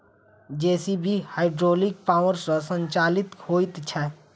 JCB hydraulic power सॅ संचालित होइत छै